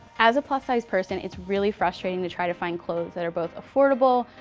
as a plus size person, it's really frustrating to try to find clothes that are both affordable,